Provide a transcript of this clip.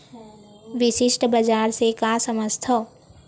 विशिष्ट बजार से का समझथव?